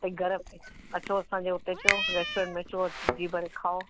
तव्हीं घर में अचो असांजे हुते अचो रेस्टोरेंट में अचो अची जी भरे खाओ